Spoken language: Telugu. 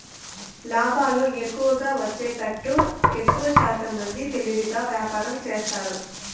లాభాలు ఎక్కువ వచ్చేతట్టు ఎక్కువశాతం మంది తెలివిగా వ్యాపారం చేస్తారు